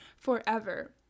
forever